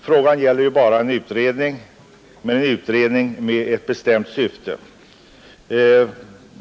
Frågan gäller ju bara en utredning men en utredning med ett bestämt syfte.